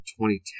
2010